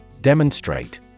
Demonstrate